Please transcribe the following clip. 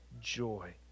joy